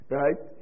right